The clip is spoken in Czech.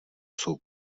jsou